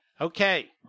okay